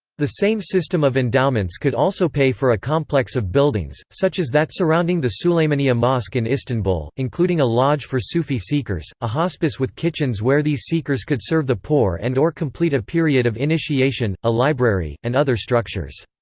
the same system of endowments could also pay for a complex of buildings, such as that surrounding the suleymaniye mosque in istanbul, including a lodge for sufi seekers, a hospice with kitchens where these seekers could serve the poor and or complete a period of initiation, a library, and other structures.